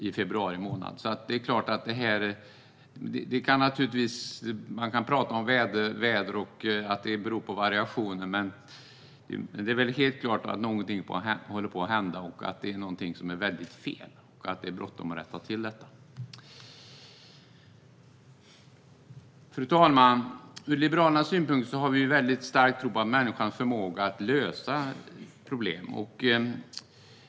Man kan prata om att det beror på vädervariationer, men det är väl helt klart att något håller på att hända, att det är någonting som är fel och att det är bråttom att rätta till det. Fru talman! Vi liberaler har en stark tro på människans förmåga att lösa problem.